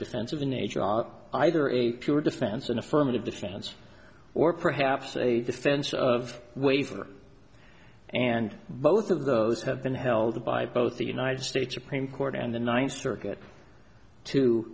defensive in nature either a pure defense an affirmative defense or perhaps a defense of waiver and both of those have been held by both the united states supreme court and the ninth circuit to